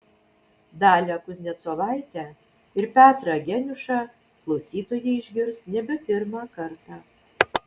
dalią kuznecovaitę ir petrą geniušą klausytojai išgirs nebe pirmą kartą